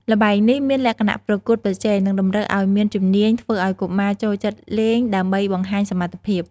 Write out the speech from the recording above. ល្បែងនេះមានលក្ខណៈប្រកួតប្រជែង និងតម្រូវឱ្យមានជំនាញ ធ្វើឱ្យកុមារចូលចិត្តលេងដើម្បីបង្ហាញសមត្ថភាព ។